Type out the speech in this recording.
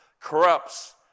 corrupts